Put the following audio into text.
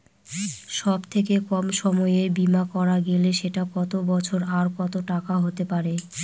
সব থেকে কম সময়ের বীমা করা গেলে সেটা কত বছর আর কত টাকার হতে পারে?